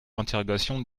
interrogations